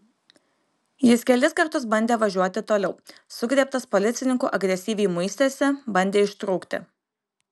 jis kelis kartus bandė važiuoti toliau sugriebtas policininkų agresyviai muistėsi bandė ištrūkti